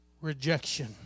rejection